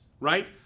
right